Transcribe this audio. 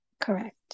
correct